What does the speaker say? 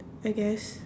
I guess